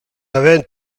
naven